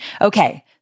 Okay